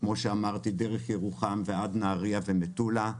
דרך ירוחם ועד נהריה ומטולה.